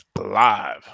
live